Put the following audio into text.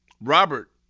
Robert